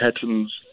patterns